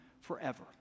forever